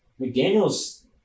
McDaniels